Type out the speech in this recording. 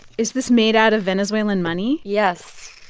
is this made out of venezuelan money? yes.